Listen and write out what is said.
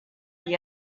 gli